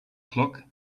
clock